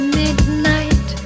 midnight